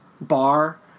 bar